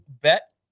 bet